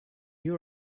you